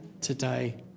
today